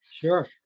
sure